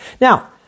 Now